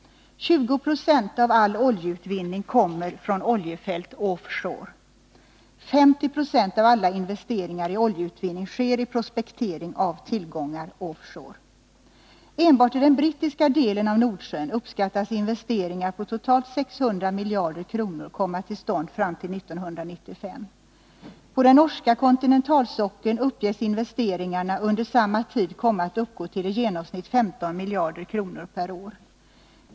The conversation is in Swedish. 20 90 av all oljeutvinning kommer från oljefält offshore. 50 96 av alla investeringar i oljeutvinning sker i prospektering av tillgångar offshore. Enbart i den brittiska delen av Nordsjön uppskattas investeringar på totalt 600 miljarder kronor komma till stånd fram till 1995. På den norska kontinentalsockeln uppges investeringarna under samma tid komma att uppgå till i genomsnitt 15 miljarder kronor per år.